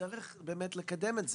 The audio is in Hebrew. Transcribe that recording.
נצטרך לקדם את זה,